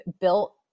built